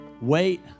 wait